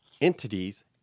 entities